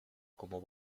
como